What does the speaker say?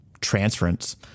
transference